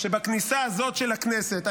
שבכניסה הזאת של הכנסת.